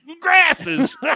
grasses